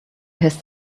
his